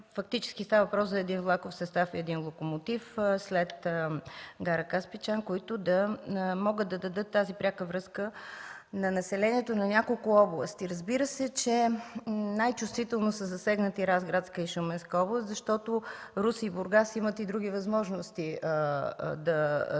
на възможността за един влаков състав и един локомотив след гара Каспичан, които да могат да дадат тази пряка връзка на населението на няколко области. Разбира се, че най-чувствително са засегнати Разградска и Шуменска област, защото Русе и Бургас имат и други възможности да пътуват,